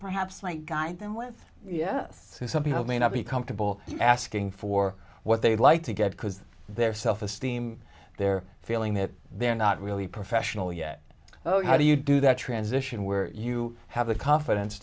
perhaps might guide them with yes some people may not be comfortable asking for what they'd like to get because their self esteem their feeling that they're not really professional yet oh how do you do that transition where you have the confidence